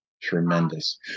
Tremendous